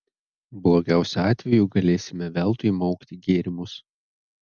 blogiausiu atveju galėsime veltui maukti gėrimus